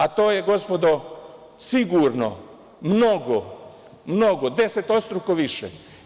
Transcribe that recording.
A to je, gospodo, sigurno, mnogo, mnogo, desetostruko više.